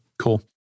Cool